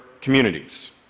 communities